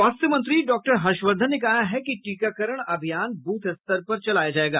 स्वास्थ्य मंत्री डॉक्टर हर्षवर्धन ने कहा है कि टीकाकरण अभियान बूथ स्तर पर चलाया जाएगा